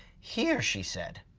here, she said,